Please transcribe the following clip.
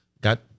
got